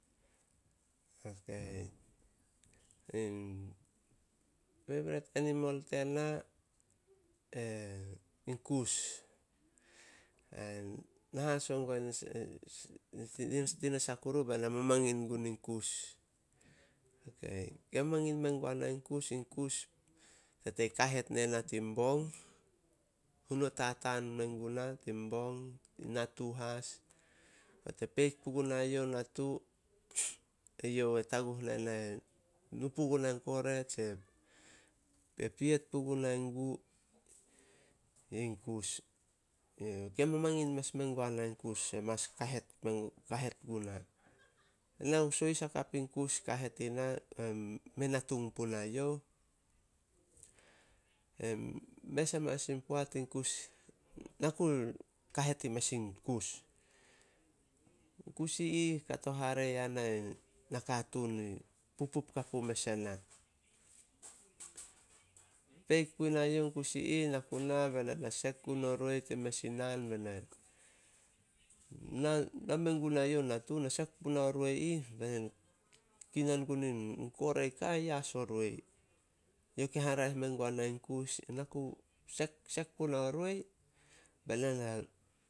Peipret enimal tena in kus. Tinasah kuru be na mamangin gun in kus. Ke mamangin mengua na in kus, in kus tatei kahet nena tin bong, hunuo tataan mengu na tin bong, natu as. Nate peik pugunai youh natu, e youh e taguh nena e nu pugunai kore tse piet puguna in gu. Ke mamangin mes mengua na in kus. E mas Kahet kahet guna. Ena, sohis hakap in kus kahet ina, mei natung punai youh. Mes amanas in poat, na ku kahet in mes in kus. Kus i ih kato hare yana in na katuun i pupup kapu mes ena. Peik puna youh kus i ih, na ku na be na na sek gun o roi tin mes in naan. Name gunai youh natu, na sek punao roi ih, kinan gun in kore ka ai yas o roi. Youh ke haraeh men gua na in kus, sek- sek puna o roi, be na na